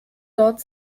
dort